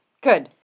Good